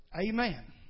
Amen